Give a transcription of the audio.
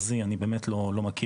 את המסלול הזה.